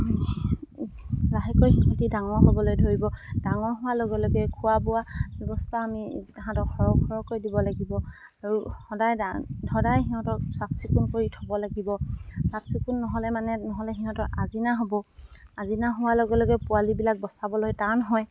লাহেকৈ সিহঁতি ডাঙৰ হ'বলৈ ধৰিব ডাঙৰ হোৱাৰ লগে লগে খোৱা বোৱা ব্যৱস্থা আমি তাহাঁতক সৰহ সৰহকৈ দিব লাগিব আৰু সদায় সদায় সিহঁতক চাফ চিকুণ কৰি থ'ব লাগিব চাফ চিকুণ নহ'লে মানে নহ'লে সিহঁতৰ আজিনা হ'ব আজিনা হোৱাৰ লগে লগে পোৱালিবিলাক বচাবলৈ টান হয়